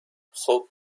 خوب